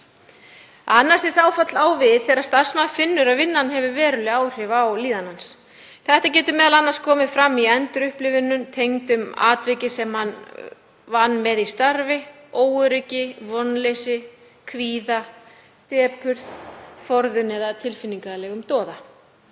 Annars stigs áfall á við þegar starfsmaðurinn finnur að vinnan hefur veruleg áhrif á líðan hans. Þetta getur meðal annars komið fram í endurupplifunum tengdum atviki sem hann vann með í starfi, óöryggi, vonleysi, kvíða, depurð, forðun eða tilfinningalegum doða.